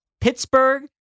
Pittsburgh